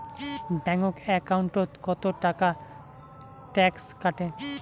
Bank একাউন্টত কতো টাকা ট্যাক্স কাটে?